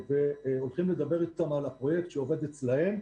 והולכים לדבר אתם על הפרויקט שעובד אצלם.